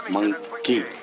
Monkey